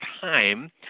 time